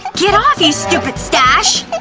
get off, you stupid stache!